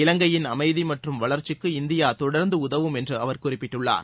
இலங்கையின் அமைதி மற்றும் வளர்ச்சிக்கு இந்தியா தொடர்ந்து உதவும் என்றும் அவர் குறிப்பிட்டுள்ளார்